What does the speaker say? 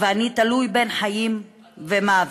ואני תלוי בין חיים למוות.